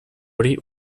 hori